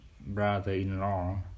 brother-in-law